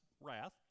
wrath